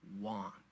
want